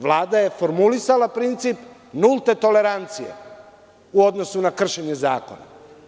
Vlada je formulisala princip nulte tolerancije u odnosu na kršenje zakona.